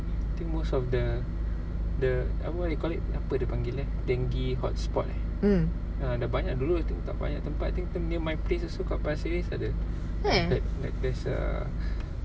I think most of the the what you call it apa dia panggil dengue hot spot eh dah banyak dulu I think tak banyak tempat I think near my place also kat pasir ris ada there there there's err